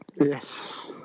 Yes